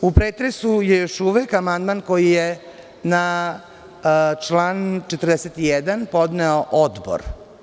U pretresu je još uvek amandman koji je na član 41. podneo Odbor.